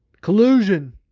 collusion